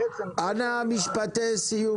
אנא אמור משפטי סיום.